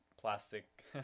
plastic